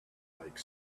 like